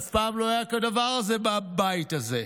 אף פעם לא היה כדבר הזה בבית הזה.